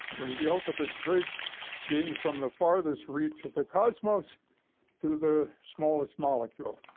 i mean the ultimate bridge being from the farthest reach of the cosmos to the smallest molecule.